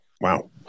Wow